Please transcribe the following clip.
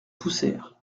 poussèrent